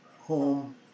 home